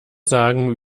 sagen